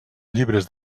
llibres